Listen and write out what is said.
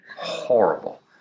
horrible